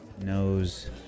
knows